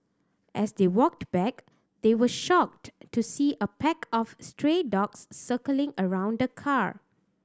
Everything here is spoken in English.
as they walked back they were shocked to see a pack of stray dogs circling around the car